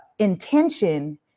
intention